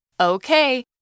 Okay